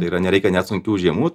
tai yra nereikia net sunkių žiemų